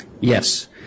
Yes